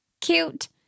Cute